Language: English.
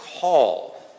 call